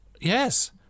yes